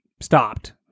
stopped